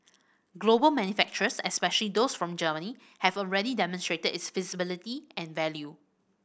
global manufacturers especially those from Germany have already demonstrated its feasibility and value